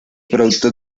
productos